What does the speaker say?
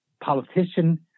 politician